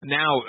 now